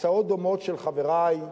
הצעות דומות של חברי,